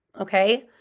okay